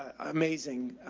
ah amazing,